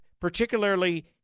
particularly